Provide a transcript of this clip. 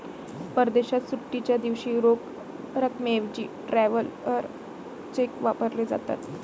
परदेशात सुट्टीच्या दिवशी रोख रकमेऐवजी ट्रॅव्हलर चेक वापरले जातात